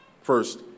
First